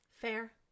Fair